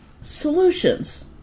solutions